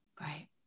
right